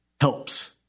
helps